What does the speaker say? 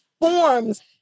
forms